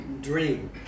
dream